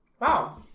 Wow